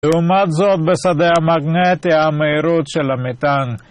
לעומת זאת בשדה המגנטי המהירות של המתאן